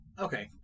Okay